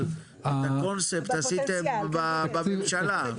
אבל את הקונספט עשיתם בממשלה?